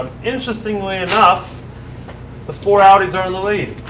interestingly enough the four audis are in the lead.